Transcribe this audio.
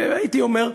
הייתי אומר,